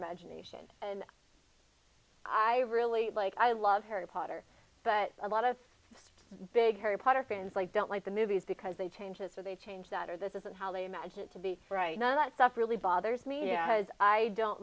imagination and i really like i love harry potter but a lot of big harry potter fans like don't like the movies because they change it so they change that or this isn't how they imagine it to be right none of that stuff really bothers me as i don't